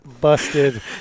Busted